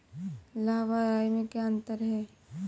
लाह व राई में क्या अंतर है?